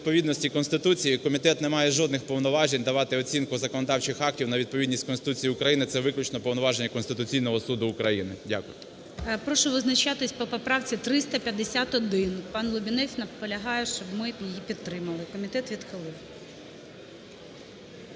Прошу визначатись по поправці 351. пан Лубінець наполягає, щоб ми її підтримали. Комітет відхилив.